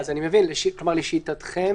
כלומר, לשיטתכם